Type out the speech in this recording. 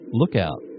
lookout